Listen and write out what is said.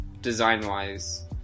design-wise